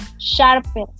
sharper